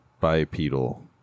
bipedal